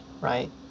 right